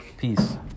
Peace